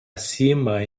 acima